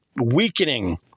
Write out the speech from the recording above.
weakening